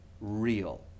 real